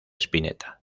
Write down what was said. spinetta